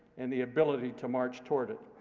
and the ability to march toward it.